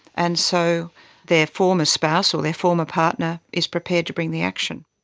and so their former spouse or their former partner is prepared to bring the action.